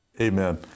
Amen